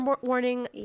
warning